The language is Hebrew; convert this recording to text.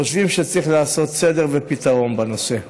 וחושבים שצריך לעשות סדר ופתרון בנושא.